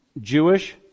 Jewish